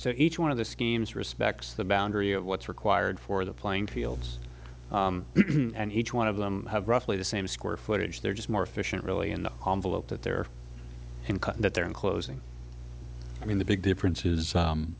so each one of the schemes respects the boundary of what's required for the playing fields and each one of them have roughly the same square footage they're just more efficient really in the hope that their income that they're in closing i mean the big difference